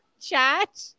chat